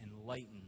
enlightened